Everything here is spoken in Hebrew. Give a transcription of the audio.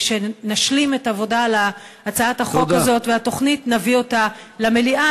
כשנשלים את העבודה על הצעת החוק הזאת והתוכנית נביא אותה למליאה